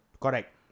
Correct